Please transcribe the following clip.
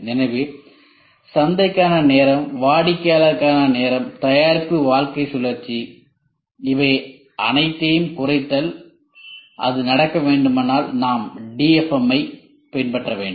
எனவே சந்தைக்கான நேரம் வாடிக்கையாளருக்கான நேரம் தயாரிப்பு வாழ்க்கை சுழற்சி இவை அனைத்தையும் குறைத்தல் அது நடக்க வேண்டுமானால் நாம் DFM ஐப் பின்பற்ற வேண்டும்